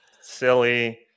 Silly